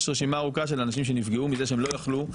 יש רשימה ארוכה של אנשים שנפגעו מזה שהם לא יכלו.